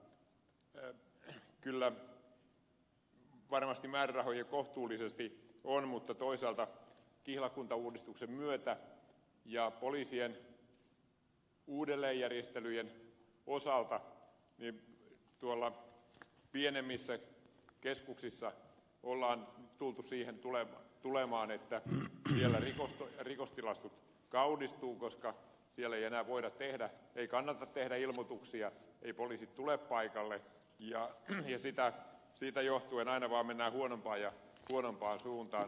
kyllä varmasti määrärahoja kohtuullisesti on mutta toisaalta kihlakuntauudistuksen myötä ja poliisien uudelleenjärjestelyjen osalta tuolla pienemmissä keskuksissa on tultu siihen tulemaan että siellä rikostilastot kaunistuvat koska siellä ei enää kannata tehdä ilmoituksia koska poliisit eivät tule paikalle ja siitä johtuen mennään aina vaan huonompaan ja huonompaan suuntaan